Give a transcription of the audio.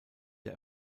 der